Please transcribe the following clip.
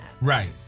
right